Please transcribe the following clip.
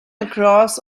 across